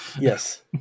yes